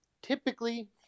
typically